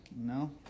No